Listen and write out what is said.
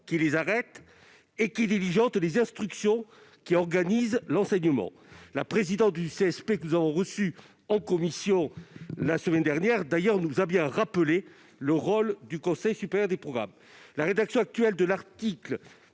qui les arrête et qui diligente les instructions organisant l'enseignement. La présidente du CSP, que nous avons reçue en commission la semaine dernière, nous a bien rappelé le rôle de cette structure. La rédaction actuelle de l'article